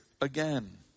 again